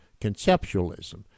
conceptualism